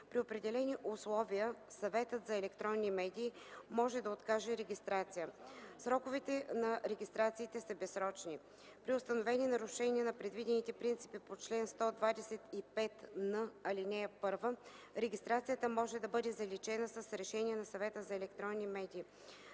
При определени условия Съветът за електронни медии може да откаже регистрация. Сроковете на регистрациите са безсрочни. При установени нарушения на предвидените принципи по чл. 125н, ал. 1 регистрацията може да бъде заличена с решение на Съвета за електронни медии.